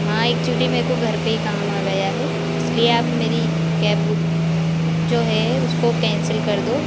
हाँ एक्चूली में को घर पे ही काम आ गया है इसलिए आप मेरी केब बुक जो है उसको केंसिल कर दो